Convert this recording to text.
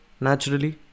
naturally